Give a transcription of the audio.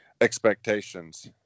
expectations